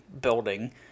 building